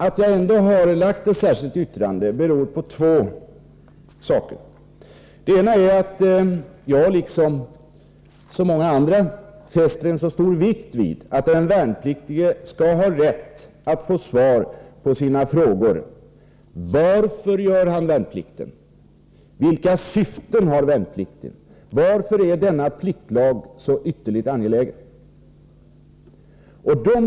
Att jag ändå har avgett ett särskilt yttrande beror på två faktorer: Det ena är att jag, liksom många andra, fäster stor vikt vid att den värnpliktige skall ha rätt att få svar på sina frågor, exempelvis: Varför gör jag värnplikten? Vilka syften har värnplikten? Varför är denna pliktlag så ytterligt angelägen?